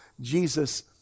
Jesus